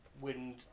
wind